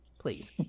Please